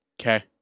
Okay